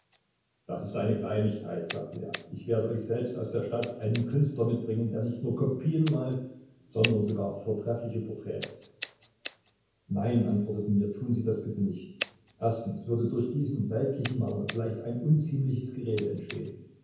das ist eine kleinigkeit sagte er ich werde euch selbst aus der stadt einen künstler mitbringen der nicht nur kopien malt sondern selbst vortreffliche porträts nein antworteten wir tun sie das bitte nicht erstens würde durch diesen weltlichen maler vielleicht ein unziemliches gerede entstehen